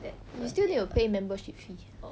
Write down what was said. you still need to pay membership fee